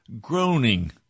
groaning